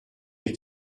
est